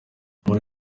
muri